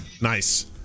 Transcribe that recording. Nice